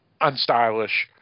unstylish